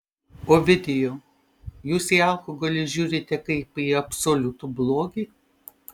ovidijau jūs į alkoholį žiūrite kaip į absoliutų blogį